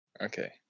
Okay